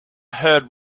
heard